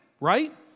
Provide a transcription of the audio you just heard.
right